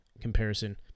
comparison